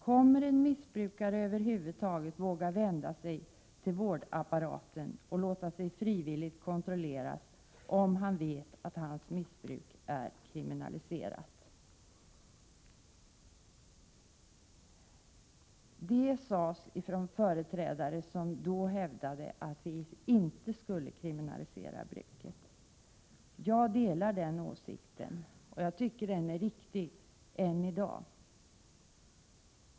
Kommer en missbrukare över huvud taget att våga vända sig till vårdapparaten och låta sig frivilligt kontrolleras om han vet att hans missbruk är kriminaliserat?” Detta sades av en person som då hävdade att vi inte skulle kriminalisera bruket. Jag delar den åsikten och tycker att den är riktig än i dag.